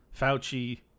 Fauci